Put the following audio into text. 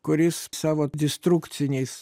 kuris savo destrukciniais